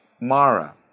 Mara